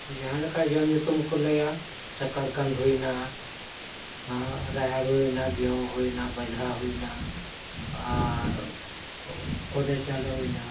ᱡᱟᱦᱟᱸ ᱞᱮᱠᱟ ᱡᱚᱢ ᱧᱩᱛᱩᱢ ᱠᱚ ᱞᱟᱹᱭᱟ ᱥᱟᱠᱟᱨ ᱠᱮᱱᱫᱟ ᱦᱩᱭᱱᱟ ᱨᱟᱦᱮᱲ ᱦᱩᱭᱱᱟ ᱜᱩᱦᱩ ᱦᱩᱭᱱᱟ ᱵᱟᱡᱟᱨ ᱦᱩᱭᱱᱟ ᱟᱨ ᱠᱷᱚᱫᱮ ᱪᱟᱣᱞᱮ ᱦᱩᱭᱱᱟ